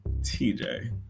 TJ